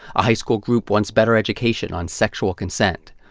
a high school group wants better education on sexual consent.